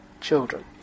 children